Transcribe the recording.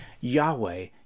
Yahweh